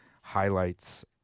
highlights